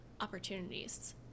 opportunities